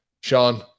Sean